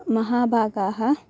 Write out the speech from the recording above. महाभागाः